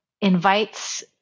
invites